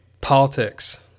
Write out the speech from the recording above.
Politics